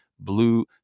blue